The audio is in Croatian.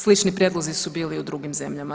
Slični prijedlozi su bili u drugim zemljama.